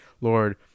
lord